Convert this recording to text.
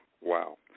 Wow